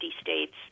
states